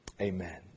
Amen